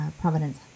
Providence